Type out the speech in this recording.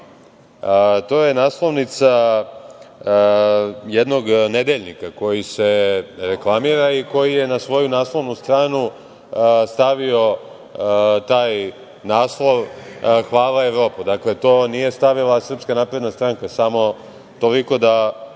To je naslovnica jednog nedeljnika koji se reklamira i koji je na svoju naslovnu stranu stavio taj naslov: „Hvala Evropo“. Dakle, to nije stavila SNS. Samo toliko da